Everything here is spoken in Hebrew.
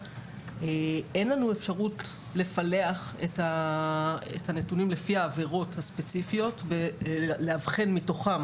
אין לנו אפשרות לפלח את הנתונים לפי העבירות הספציפיות לאבחן מתוכן